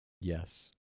Yes